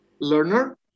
learner